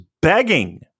begging